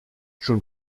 schon